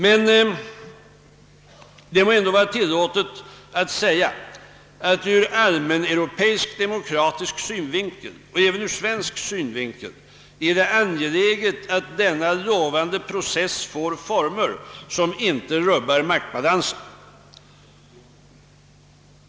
Men det må ändå vara tillåtet att säga, att ur allmän europeisk: demokratisk synvinkel och även ur svensk synvinkel är det angeläget att denna lovande process får former 'som inte rubbar maktbalansen.